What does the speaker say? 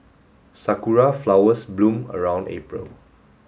sakura flowers bloom around April